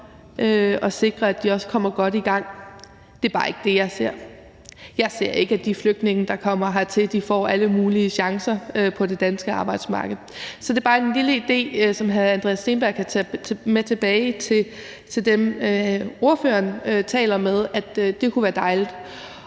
at sikre kommer godt i gang. Det er bare ikke det, jeg ser. Jeg ser ikke, at de flygtninge, der kommer hertil, får alle mulige chancer på det danske arbejdsmarked. Så det er bare en lille idé, hr. Andreas Steenberg kan tage med tilbage til dem, han taler med, altså at det kunne være dejligt.